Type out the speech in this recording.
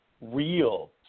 real